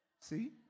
See